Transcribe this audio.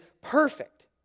perfect